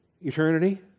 eternity